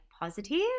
positive